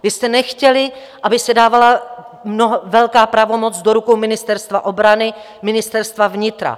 Vy jste nechtěli, aby se dávala velká pravomoc do rukou Ministerstva obrany, Ministerstva vnitra.